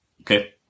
Okay